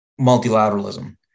multilateralism